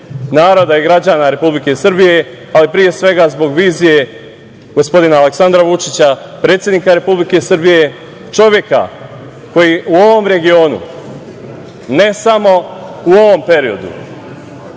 naroda i građana Republike Srbije, ali pre svega zbog vizije gospodina Aleksandra Vučića, predsednika Republike Srbije, čoveka koji u ovom regionu, ne samo u ovom periodu,